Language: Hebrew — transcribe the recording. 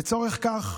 לצורך זה,